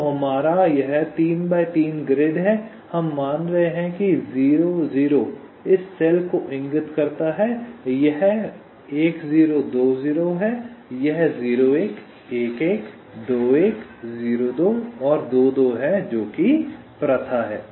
तो यह हमारा तीन बाय तीन ग्रिड है हम मान रहे हैं कि 0 0 इस सेल को इंगित करता है यह 10 20 है यह 01 11 21 02 और 22 है जो कि प्रथा है